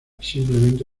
simplemente